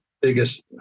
biggest